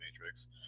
Matrix